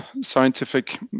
scientific